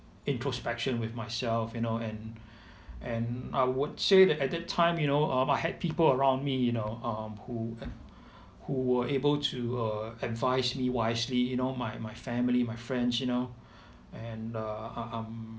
introspection with myself you know and and I would say that at that time you know uh I had people around me you know um who who were able to uh advise me wisely you know my my family my friends you know and uh um